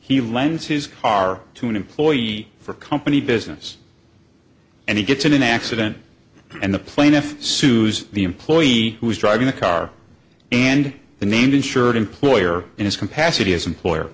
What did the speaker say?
he lends his car to an employee for company business and he gets in an accident and the plaintiff sues the employee who is driving the car and the named insured employer in his capacity as employer